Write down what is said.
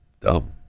Dumb